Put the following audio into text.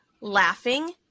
laughing